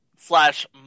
slash